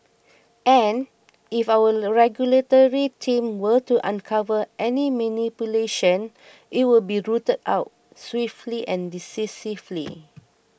and if our regulatory team were to uncover any manipulation it would be rooted out swiftly and decisively